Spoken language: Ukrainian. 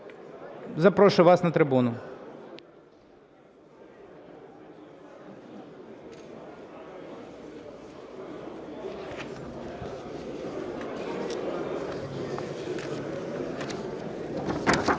запрошую вас на трибуну.